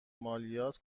مالیات